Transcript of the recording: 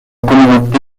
communauté